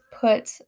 put